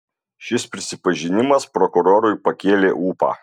šis prisipažinimas prokurorui pakėlė ūpą